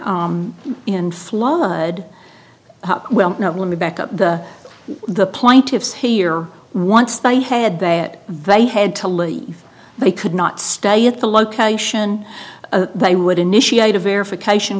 and flood well let me back up to the plaintiffs here once they had their very had to leave they could not stay at the location they would initiate a verification